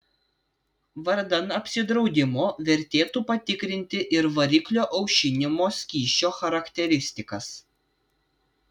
vardan apsidraudimo vertėtų patikrinti ir variklio aušinimo skysčio charakteristikas